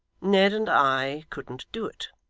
ned and i couldn't do it.